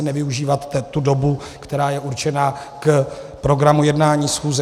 Nevyužívat tu dobu, která je určená k programu jednání schůze.